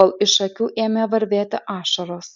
kol iš akių ėmė varvėti ašaros